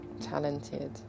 Talented